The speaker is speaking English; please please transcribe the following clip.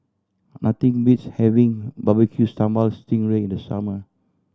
nothing beats having Barbecue Sambal sting ray in the summer